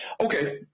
Okay